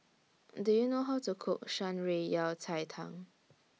Do YOU know How to Cook Shan Rui Yao Cai Tang